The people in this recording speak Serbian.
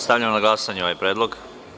Stavljam na glasanje ovaj predlog.